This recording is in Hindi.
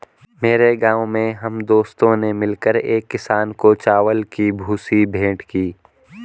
मेरे गांव में हम दोस्तों ने मिलकर एक किसान को चावल की भूसी भेंट की